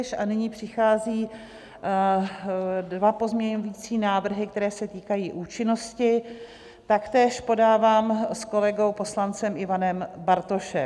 A nyní přicházejí dva pozměňující návrhy, které se týkají účinnosti, taktéž podávám s kolegou poslancem Ivanem Bartošem.